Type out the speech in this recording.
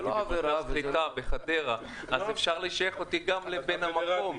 אז אפשר לשייך אותי לבן המקום.